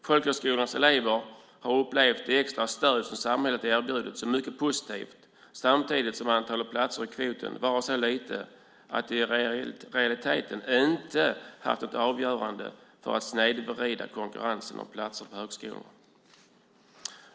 Folkhögskolornas elever har upplevt det extra stöd som samhället erbjudit som mycket positivt samtidigt som antalet platser i kvoten varit så litet att det i realiteten inte varit avgörande för att snedvrida konkurrensen om platser på högskolorna.